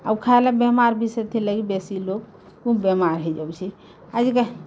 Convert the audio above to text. ଆଉ ଖାଏଲେ ବେମାର୍ ବି ସେଥିର୍ଲାଗି ବେଶୀ ଲୋକ୍ ବେମାର୍ ହେଇଯାଉଛେ ଆଜି କା